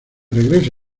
regreso